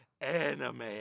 anime